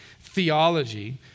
theology